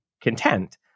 content